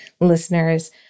listeners